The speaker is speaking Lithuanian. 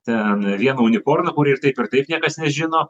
ten vieną uniformą kurį ir taip ir taip niekas nežino